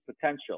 potential